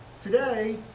Today